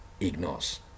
ignores